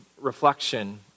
reflection